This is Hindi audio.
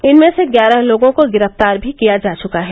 इनमें से ग्यारह लोगों को गिरफ्तार भी किया जा चुका है